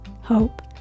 hope